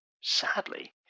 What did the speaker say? Sadly